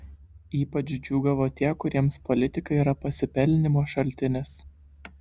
ypač džiūgavo tie kuriems politika yra pasipelnymo šaltinis